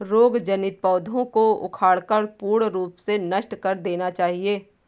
रोग जनित पौधों को उखाड़कर पूर्ण रूप से नष्ट कर देना चाहिये